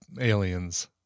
aliens